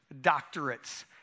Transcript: doctorates